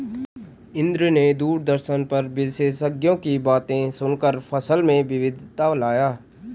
इंद्र ने दूरदर्शन पर विशेषज्ञों की बातें सुनकर फसल में विविधता लाया